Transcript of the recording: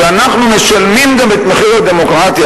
שאנחנו גם משלמים את מחיר הדמוקרטיה.